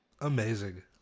Amazing